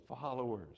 followers